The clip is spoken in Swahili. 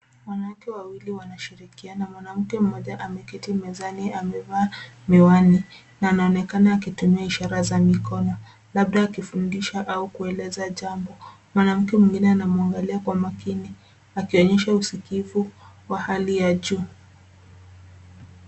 Wanawake wawili wanashirikiana, mwanamke mmoja ameketi mezani amevaa miwani na anonekana akitumia ishara za mikono labda akifundisha au kuelezea jambo. Mwanamke mwingine anamwangalia kwa makini akionyesha usikifu wa hali ya juu.